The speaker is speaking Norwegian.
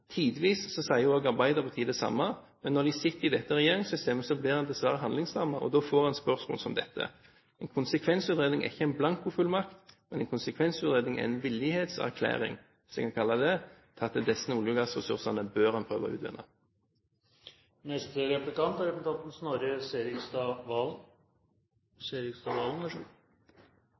Tidvis sier også Arbeiderpartiet det samme, men når de sitter i dette regjeringssystemet, blir de dessverre handlingslammet, og da får en spørsmål som dette. En konsekvensutredning er ikke en blankofullmakt, men en konsekvensutredning er en villighetserklæring – hvis vi kan kalle det det – slik at noen av disse olje- og gassressursene bør en prøve å utvinne. Som representanten